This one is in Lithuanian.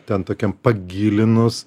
ten tokiam pagilinus